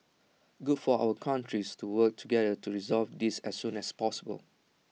good for our countries to work together to resolve this as soon as possible